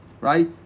right